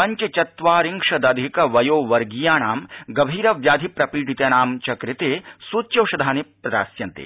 पंचचत्वारिंशदधिक वयो वर्गीयाणां गभीरव्याधिप्रपीडितानां कृते सूच्यौषधानि प्रदास्यन्ते